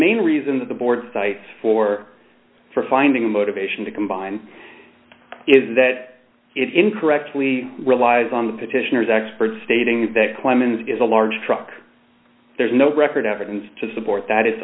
main reason that the board cites for for finding the motivation to combine is that it incorrectly relies on the petitioners expert stating that clemens is a large truck there's no record evidence to support that i